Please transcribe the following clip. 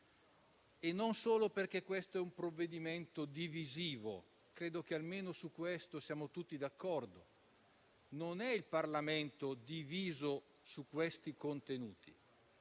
e non solo perché questo è un provvedimento divisivo. Credo che almeno su questo siamo tutti d'accordo: non è il Parlamento diviso su questi contenuti,